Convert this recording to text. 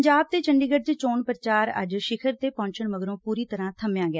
ਪੰਜਾਬ ਤੇ ਚੰਡੀਗੜ੍ ਚ ਚੋਣ ਪ੍ਚਾਰ ਅੱਜ ਸਿਖ਼ਰ ਤੇ ਪਹੁੰਚਣ ਮਗਰੋਂ ਪੂਰੀ ਤਰ੍ਹਾਂ ਬੰਮਿਆ ਗਿਆ